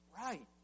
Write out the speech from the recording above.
Right